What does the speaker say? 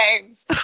games